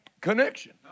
connection